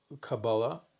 Kabbalah